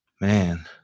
man